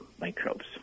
microbes